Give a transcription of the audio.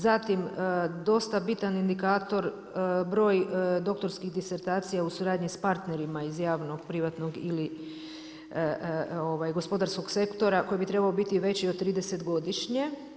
Zatim dosta bitan indikator broj doktorskih disertacija u suradnji sa partnerima iz javnog, privatnog ili gospodarskog sektora koji bi trebao biti veći od 30 godišnje.